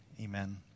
amen